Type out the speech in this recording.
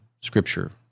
Scripture